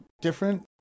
different